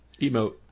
Emote